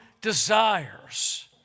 desires